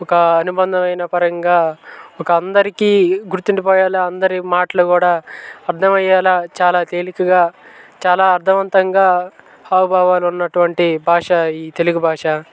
ఒక అనుబంధం అయినా పరంగా ఒక అందరికీ గుర్తుండిపోయేలా అందరి మాటలు కూడా అర్థమయ్యేలా చాలా తేలికగా చాలా అర్థవంతంగా హావ భావాలు ఉన్నటువంటి భాష ఈ తెలుగు భాష